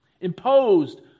imposed